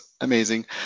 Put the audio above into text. amazing